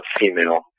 female